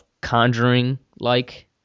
conjuring-like